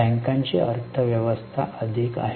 बँकेची अर्थव्यवस्था अधिक आहे